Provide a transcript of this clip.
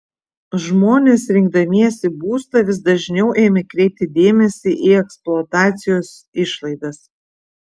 žmonės rinkdamiesi būstą vis dažniau ėmė kreipti dėmesį į eksploatacijos išlaidas